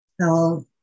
tell